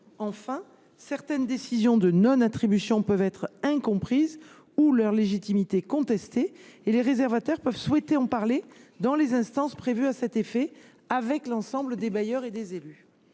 Enfin, certaines décisions de non attribution peuvent être incomprises ou leur légitimité contestée ; les réservataires peuvent souhaiter en parler dans les instances prévues à cet effet, avec l’ensemble des bailleurs et des élus.